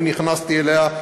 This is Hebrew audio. אני נכנסתי אליה,